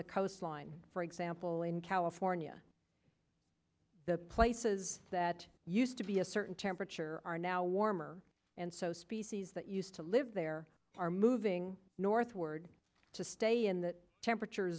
the coastline for example in california the places that used to be a certain temperature are now warmer and so species that used to live there are moving northward to stay in that temperature